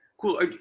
Cool